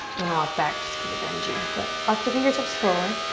i'm gonna walk back just because of benji but walk the fingertips forward,